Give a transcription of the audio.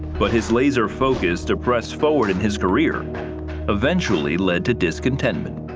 but his laser focus to press forward in his career eventually led to discontentment.